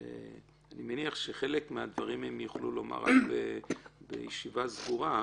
שאני מניח שאת חלק מהדברים הם יוכלו לומר רק בישיבה סגורה,